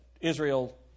Israel